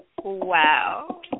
Wow